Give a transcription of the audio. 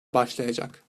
başlayacak